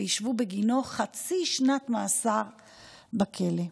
וישבו בגינו חצי שנת מאסר בכלא.